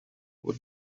what